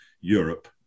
Europe